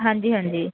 ਹਾਂਜੀ ਹਾਂਜੀ